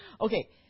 Okay